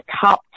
top